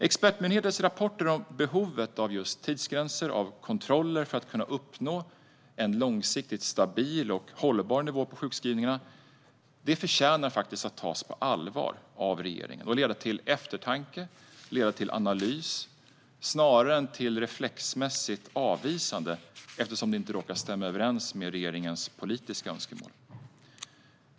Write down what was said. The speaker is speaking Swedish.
Expertmyndigheternas rapporter om behovet av tidsgränser och kontroller för att kunna uppnå en långsiktigt stabil och hållbar nivå på sjukskrivningarna förtjänar att tas på allvar av regeringen och leda till eftertanke och analys snarare än reflexmässigt avvisande för att de inte stämmer överens med regeringens politiska önskemål.